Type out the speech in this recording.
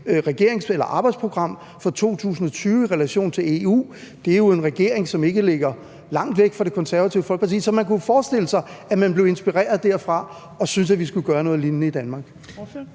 regerings arbejdsprogram for 2020 i relation til EU. Det er jo en regering, som ikke ligger langt væk fra Det Konservative Folkeparti, så man kunne jo forestille sig, at man blev inspireret derfra og synes, at vi skulle gøre noget lignende i Danmark.